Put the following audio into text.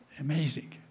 Amazing